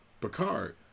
Picard